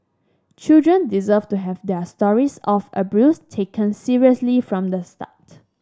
children deserve to have their stories of abuse taken seriously from the start